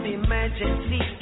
emergency